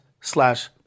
slash